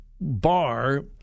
bar